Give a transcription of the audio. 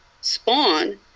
spawn